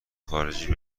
خارجی